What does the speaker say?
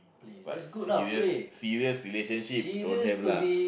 but serious serious relationship don't have lah